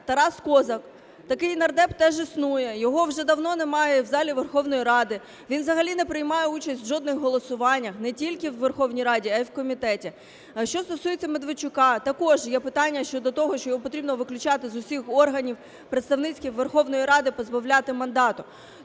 Тарас Козак, такий нардеп теж існує, його вже давно немає в залі Верховної Ради, він взагалі не приймає участь в жодних голосуваннях не тільки в Верховній Раді, а й в комітеті. Що стосується Медведчука, також є питання щодо того, що його потрібно виключати з усіх органів представницьких Верховної Ради і позбавляти мандата.